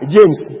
James